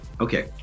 Okay